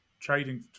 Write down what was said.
trading